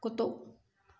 कुतो